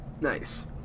Nice